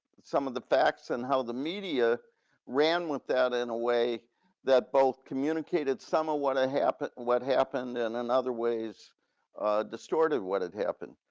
some of the facts and how the media ran with that in a way that both communicated some of what happened what happened in another ways distorted what had happened.